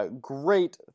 Great